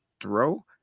throw